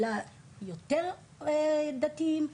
ליותר דתיים,